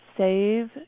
Save